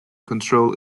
control